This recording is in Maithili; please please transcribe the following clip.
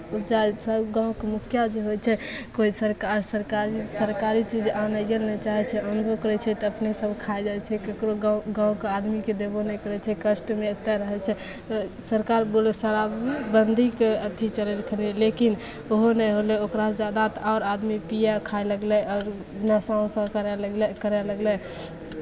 पञ्चायत सभ गाँवके मुखिया जे होइ छै कोइ सरका सरकार सरकारी चीज आनैए नहि चाहै छै आनबो करै छै तऽ अपने सभ खा जाइ छै ककरो गाँव गाँवके आदमीकेँ देबो नहि करै छै कष्टमे एतेक रहै छै सरकार बोलो शराबबन्दीके अथि चलेलकै हइ लेकिन ओहो नहि होलै ओकरासँ जादा आओर आदमी पिअ खाए लगलै आओर नशा उसा करय लगलै करय लगलै